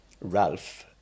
Ralph